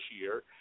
year